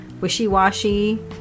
wishy-washy